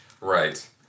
Right